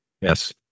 Yes